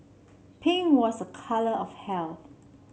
pink was a colour of health